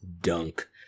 dunk